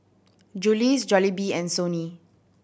Julie's Jollibee and Sony